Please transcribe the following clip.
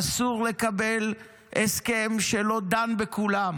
אסור לקבל הסכם שלא דן בכולם,